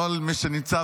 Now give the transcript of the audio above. כל מי שנמצא,